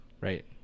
right